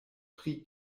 pri